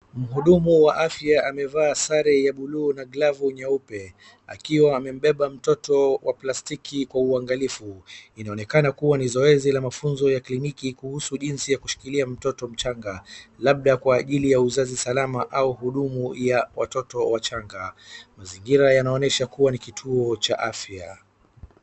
Mhudumu awa afya amevaa sare ya buluu na glavu nyeupe, akiwa amembeba mtoto wa plastiki kwa uangalifu. Inaonekana kuwa ni zoezi la mafunzo ya kliniki kuhusu jinsi ya kushikilia mtoto mchanga, labda kwa ajili ya uzazi salama au hudumu ya watoto wachanga. Mazingira yanaonyesha kuwa ni kituo cha afya.